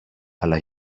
αλλά